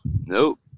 Nope